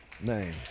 name